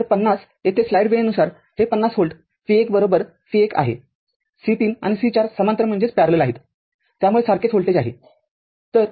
तर५० येथे स्लाईड वेळेनुसार हे ५० व्होल्ट v१ v१ आहे C३ आणि c४ समांतर आहेत त्यामुळे सारखेच व्होल्टेज आहे